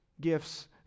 gifts